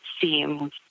seems